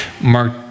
Mark